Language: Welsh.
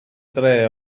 dre